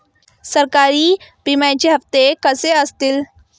सागरी विम्याचे हप्ते कसे असतील?